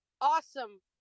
Awesome